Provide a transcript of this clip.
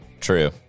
True